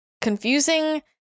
confusing